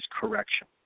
correction